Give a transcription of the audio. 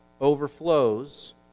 overflows